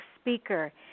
speaker